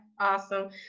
Awesome